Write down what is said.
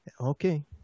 okay